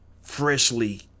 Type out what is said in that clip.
freshly